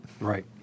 Right